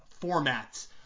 formats